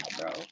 bro